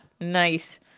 Nice